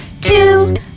Two